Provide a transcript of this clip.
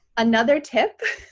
another tip,